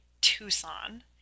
Tucson